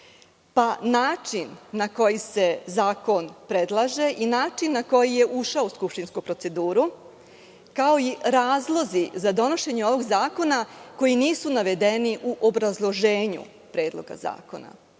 Način na koji se zakon predlaže i način na koji je ušao u skupštinsku proceduru, kao i razlozi za donošenje ovog zakona, koji nisu navedeni u obrazloženju Predloga zakona.